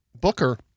Booker